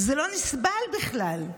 זה לא נסבל בכלל.